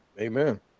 Amen